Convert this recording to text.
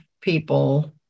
people